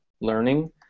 Learning